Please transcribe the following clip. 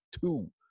two